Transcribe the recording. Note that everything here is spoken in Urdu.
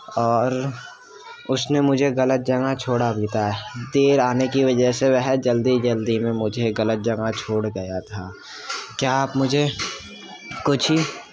اور اس نے مجھے غلط جگہ چھوڑا بھی تھا دیر آنے کی وجہ سے وہ جلدی جلدی میں مجھے غلط جگہ چھوڑ گیا تھا کیا آپ مجھے کچھ ہی